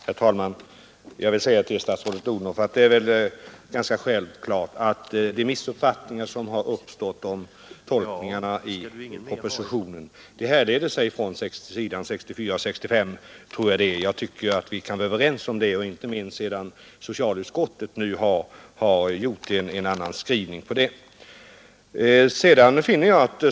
Herr talman! Jag vill till statsrådet Odhnoff säga att det är självklart att de missuppfattningar som uppstått när det gäller tolkningarna av propositionen härleder sig från vad som sägs på s. 64—65. Det tycker jag vi kan vara överens om, inte minst sedan socialutskottet nu har gjort en annan skrivning på den punkten.